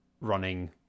running